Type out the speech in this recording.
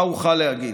מה אוכל להגיד?